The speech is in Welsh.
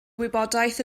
wybodaeth